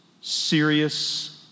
serious